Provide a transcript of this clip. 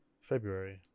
february